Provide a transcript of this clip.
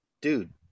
dude